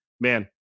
man